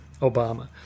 Obama